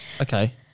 Okay